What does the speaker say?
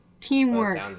teamwork